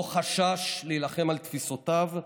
הוא לא חשש להילחם על תפיסותיו,